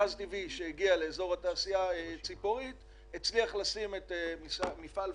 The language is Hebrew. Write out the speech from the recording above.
גז טבעי שהגיע לאזור תעשייה ציפורי הצליח לשים את מפעל "פניציה"